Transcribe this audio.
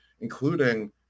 including